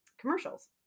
commercials